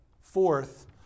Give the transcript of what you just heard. fourth